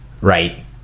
right